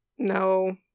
No